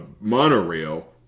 monorail